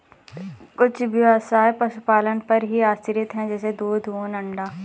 कुछ ब्यवसाय पशुपालन पर ही आश्रित है जैसे दूध, ऊन, अंडा